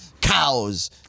cows